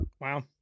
Wow